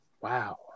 Wow